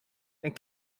and